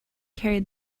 carried